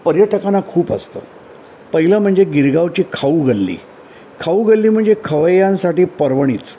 पर्यटकांना खूप असतं पहिलं म्हणजे गिरगावची खाऊ गल्ली खाऊ गल्ली म्हणजे खवय्यांसाठी पर्वणीच